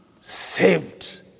Saved